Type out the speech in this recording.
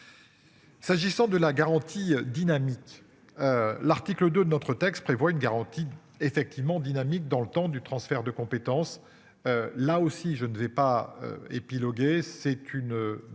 S'agissant de la garantie dynamique. L'article de notre texte prévoit une garantie effectivement dynamique dans le temps du transfert de compétences. Là aussi je ne vais pas épiloguer. C'est une demande réitérée